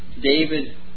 David